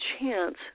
chance